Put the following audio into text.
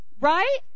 Right